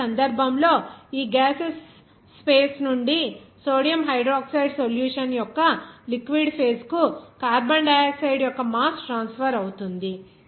ఇప్పుడు ఈ సందర్భంలో ఈ గ్యాసెస్ స్పేస్ నుండి సోడియం హైడ్రాక్సైడ్ సొల్యూషన్ యొక్క లిక్విడ్ ఫేజ్ కు కార్బన్ డయాక్సైడ్ యొక్క మాస్ ట్రాన్స్ఫర్ అవుతుంది